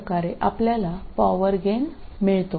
അങ്ങനെയാണ് നമുക്ക് വൈദ്യുതിയോർജ്ജം ലഭിക്കുന്നത്